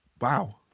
wow